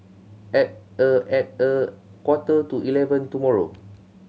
at a at a quarter to eleven tomorrow